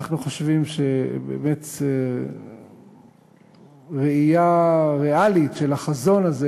אנחנו חושבים שראייה ריאלית של החזון הזה